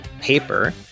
paper